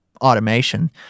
automation